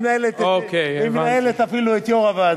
היא מנהלת הוועדה והיא מנהלת אפילו את יו"ר הוועדה.